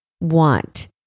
want